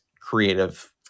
creative